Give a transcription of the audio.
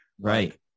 right